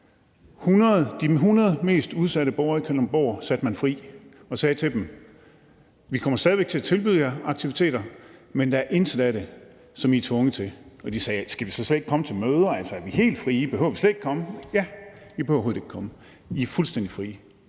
de 100 mest udsatte borgere fri og sagde til dem: Vi kommer stadig væk til at tilbyde jer aktiviteter, men der er intet af det, som I er tvunget til. De spurgte: Skal vi så slet ikke komme til møder, er vi helt frie, behøver vi slet ikke komme? Og svaret var: Ja, I behøver overhovedet ikke komme; I er fuldstændig frie,